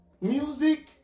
Music